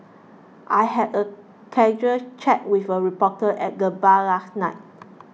I had a casual chat with a reporter at the bar last night